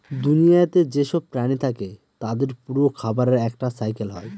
দুনিয়াতে যেসব প্রাণী থাকে তাদের পুরো খাবারের একটা সাইকেল হয়